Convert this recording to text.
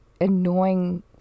annoying